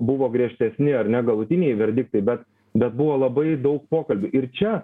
buvo griežtesni ar ne galutiniai verdiktai bet bet buvo labai daug pokalbių ir čia